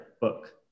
book